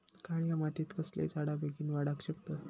काळ्या मातयेत कसले झाडा बेगीन वाडाक शकतत?